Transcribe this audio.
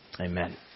Amen